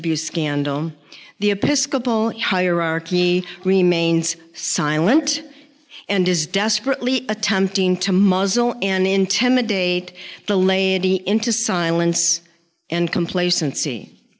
abuse scandal the episcopal hierarchy remains silent and is desperately attempting to muzzle and intimidate the laity into silence and complacency